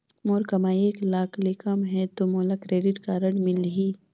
मोर कमाई एक लाख ले कम है ता मोला क्रेडिट कारड मिल ही?